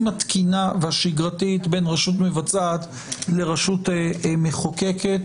התקינה והשגרתית בין רשות מבצעת לרשות מחוקקת,